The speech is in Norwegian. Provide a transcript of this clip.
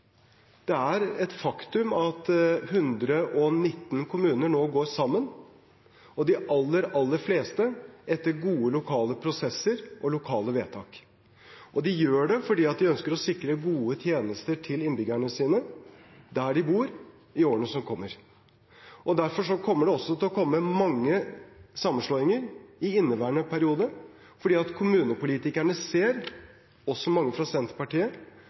Det er et faktum at 119 kommuner nå går sammen – og de aller, aller fleste etter gode lokale prosesser og lokale vedtak. De gjør det fordi de ønsker å sikre gode tjenester til innbyggerne sine, der de bor, i årene som kommer. Derfor kommer det også til å komme mange sammenslåinger i inneværende periode, fordi kommunepolitikerne ser, også mange fra Senterpartiet,